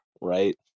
right